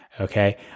Okay